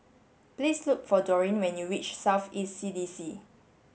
please look for Doreen when you reach South East C D C